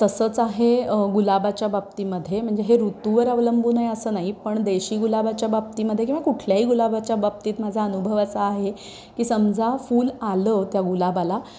तसंच आहे गुलाबाच्या बाबतीमध्ये म्हणजे हे ऋतूवर अवलंबून आहे असं नाही पण देशी गुलाबाच्या बाबतीमध्ये किंवा कुठल्याही गुलाबाच्या बाबतीत माझा अनुभव असा आहे की समजा फूल आलं त्या गुलाबाला